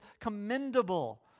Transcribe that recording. commendable